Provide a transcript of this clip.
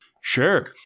Sure